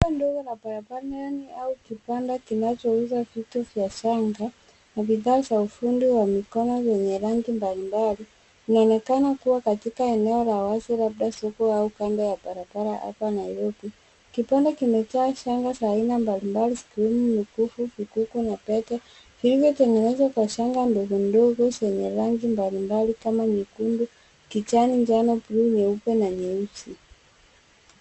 Soko ndogo la barabarani au kibanda kinachouza vitu vya shanga na bidhaa za ufundi wa mikono vyenye rangi mbalimbali. Inaonekana kuwa katika eneo la wazi labda soko au kando ya barabara hapa Nairobi. Kibanda kimejaa shanga za aina mbalimbali zikiwemo mikufu, vikuku na pete vilivyotengenezwa kwa shanga ndogo ndogo zenye rangi mbalimbali kama vile nyekundu, kijani, njano, buluu, nyeupe na nyeusi.